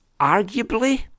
arguably